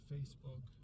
Facebook